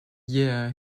year